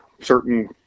certain